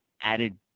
added